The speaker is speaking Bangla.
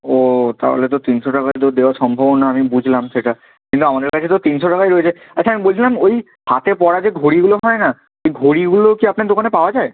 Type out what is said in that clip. ও তাহলে তো তিনশো টাকায় তো দেওয়া সম্ভব না আমি বুঝলাম সেটা কিন্তু আমাদের কাছে তো তিনশো টাকাই রয়েছে আচ্ছা আমি বলছিলাম ওই হাতে পরার যে ঘড়িগুলো হয় না সে ঘড়িগুলোও কি আপনার দোকানে পাওয়া যায়